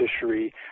fishery